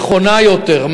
נכונה יותר,